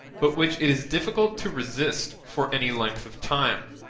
but which it is difficult to resist for any length of time.